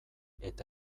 eta